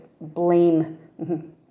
blame